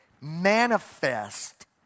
manifest